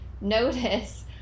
notice